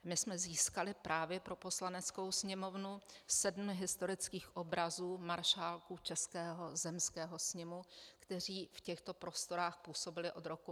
My jsme získali právě pro Poslaneckou sněmovnu sedm historických obrazů maršálků Českého zemského sněmu, kteří v těchto prostorách působili od roku 1861.